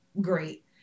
great